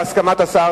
בהסכמת השר,